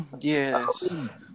Yes